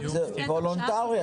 זה וולנטרי,